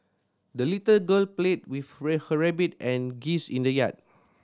the little girl played with her rabbit and geese in the yard